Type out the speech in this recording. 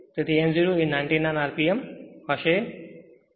તેથી n 0 એ 99 rpm હશે